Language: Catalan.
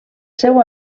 seu